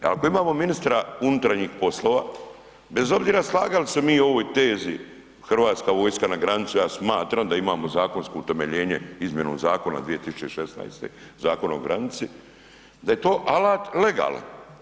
Ako imamo ministra unutarnjih poslova, bez obzira slagali se mi o ovoj tezi Hrvatska vojska na granicu, ja smatram da imamo zakonsku utemeljenje izmjenu zakona iz 2016., Zakona o granici, da je to alat legalan.